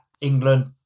England